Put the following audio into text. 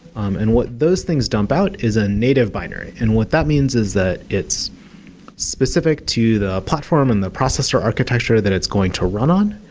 um and what those things dump out is a native binary. and what that means is that it's specific to the platform and the process or architecture that it's going to run on,